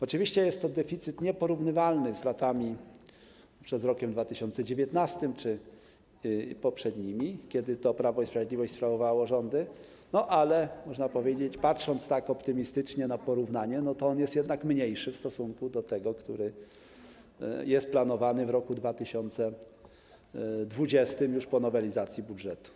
Oczywiście jest to deficyt nieporównywalny z latami przed rokiem 2019 czy poprzednimi, kiedy to Prawo i Sprawiedliwość sprawowało rządy, ale można powiedzieć, patrząc optymistycznie na porównanie, że on jest jednak mniejszy w stosunku do tego, który jest planowany w roku 2020 już po nowelizacji budżetu.